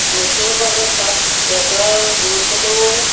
knitting প্ৰজেক্টত গেজৰ গুৰুত্বটো